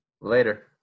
Later